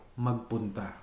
magpunta